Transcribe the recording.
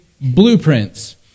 blueprints